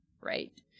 right